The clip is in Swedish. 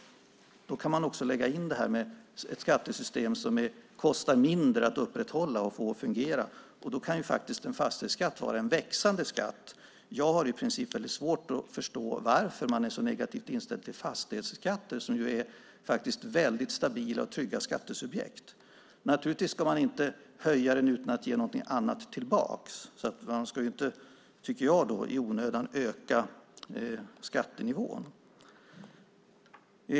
Då kan man också lägga in det här med ett skattesystem som kostar mindre att upprätthålla och få att fungera. På så sätt kan en fastighetsskatt vara en växande skatt. Jag har i princip väldigt svårt att förstå varför man är så negativt inställd till fastighetsskatten eftersom det handlar om väldigt stabila och trygga skattesubjekt. Men naturligtvis ska man inte höja utan att ge någonting tillbaka. Man ska inte i onödan, menar jag, öka skattenivån.